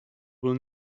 will